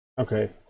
Okay